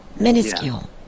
Minuscule